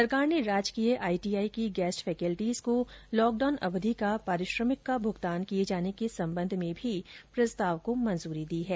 सरकार ने राजकीय आईटीआई की गेस्ट फैकल्टीज को लॉकडाउन अवधि का पारिश्रमिक का भुगतान किए जाने के संबंध में भी प्रस्ताव को मंजूरी दे दी है